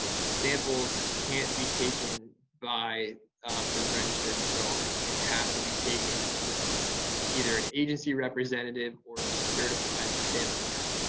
samples can't be taken by the registered grower. and they have to be taken from either an agency representative or a certified sampler.